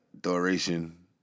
duration